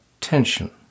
tension